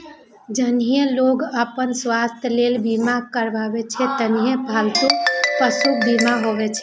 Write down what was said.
जहिना लोग अपन स्वास्थ्यक लेल बीमा करबै छै, तहिना पालतू पशुक बीमा होइ छै